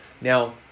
now